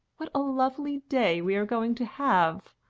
what a lovely day we are going to have?